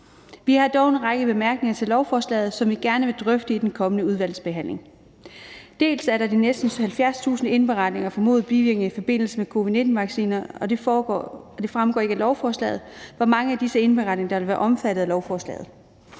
Vi har dog en række bemærkninger til lovforslaget, som vi gerne vil drøfte i den kommende udvalgsbehandling. Dels er der de næsten 70.000 indberetninger af formodede bivirkninger i forbindelse med covid-19-vacciner, og det fremgår ikke af lovforslaget, hvor mange af disse indberetninger der vil være omfattet af lovforslaget,